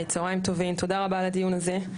צוהריים טובים תודה רבה על הדיון הזה,